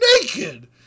naked